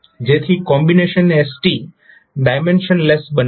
જેથી combination st dimensionless બની શકે